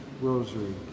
rosary